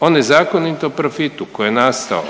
O nezakonitom profitu koji je nastao